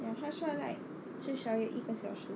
ya 他说 like 至少要一个小时